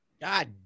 God